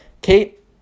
Kate